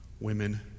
women